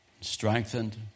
strengthened